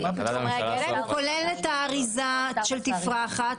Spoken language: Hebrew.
הוא כולל את האריזה של תפרחת,